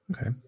okay